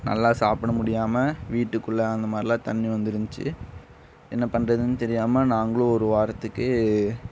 நல்லா சாப்பிட முடியாமல் வீட்டுக்குள்ளே அந்தமாதிரிலாம் தண்ணி வந்துருந்துச்சு என்ன பண்ணுறதுனு தெரியாமல் நாங்களும் ஒரு வாரத்துக்கு